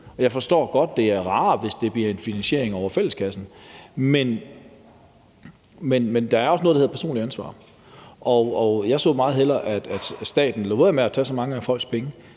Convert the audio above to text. Jeg forstår godt, at det ville være rarere, hvis det blev en finansiering over fælleskassen, men der er også noget, der hedder personligt ansvar. Jeg så meget hellere, at staten lod være med at tage så mange af folks penge,